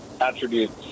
attributes